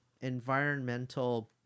environmental